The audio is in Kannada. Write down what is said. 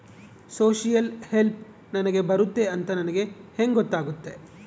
ಸೋಶಿಯಲ್ ಹೆಲ್ಪ್ ನನಗೆ ಬರುತ್ತೆ ಅಂತ ನನಗೆ ಹೆಂಗ ಗೊತ್ತಾಗುತ್ತೆ?